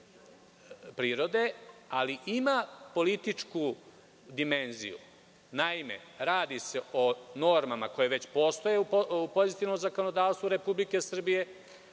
ali ima političku dimenziju. Naime, radi se o normama koje već postoje u pozitivnom zakonodavstvu Republike Srbije,